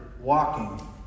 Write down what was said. walking